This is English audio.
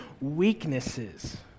weaknesses